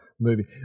movie